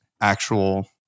actual